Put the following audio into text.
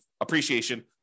appreciation